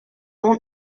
want